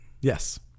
Yes